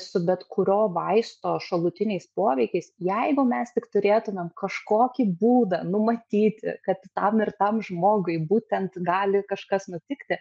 su bet kurio vaisto šalutiniais poveikiais jeigu mes tik turėtumėm kažkokį būdą numatyti kad tam ir tam žmogui būtent gali kažkas nutikti